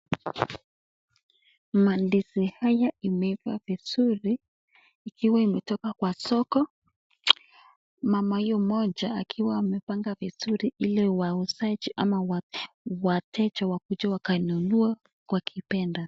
Mandizi haya imeiva vizuri ikiwa imetoka kwa soko. Mama huyu mmoja akiwa amepanga vizuri ili wauzaji ama wateja wakuje wakanunue wakipenda.